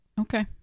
okay